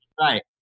Right